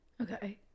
Okay